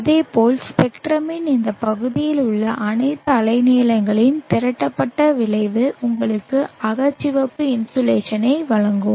அதேபோல் ஸ்பெக்ட்ரமின் இந்த பகுதிகளில் உள்ள அனைத்து அலைநீளங்களின் திரட்டப்பட்ட விளைவு உங்களுக்கு அகச்சிவப்பு இன்சோலேஷனை வழங்கும்